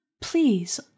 please